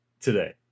today